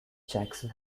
jackson